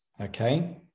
okay